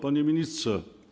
Panie Ministrze!